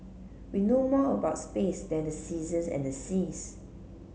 we know more about space than the seasons and the seas